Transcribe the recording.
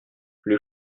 les